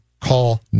call